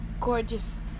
gorgeous